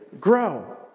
grow